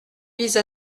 vise